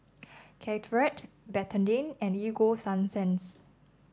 Caltrate Betadine and Ego Sunsense